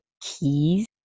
keys